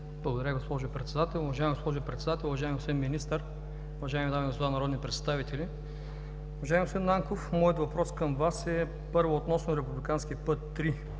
Благодаря, госпожо Председател. Уважаема госпожо Председател, уважаеми господин Министър, уважаеми дами и господа народни представители! Уважаеми господин Нанков, моят въпрос към Вас е, първо, относно Републикански път